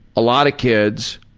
a lot of kids